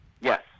yes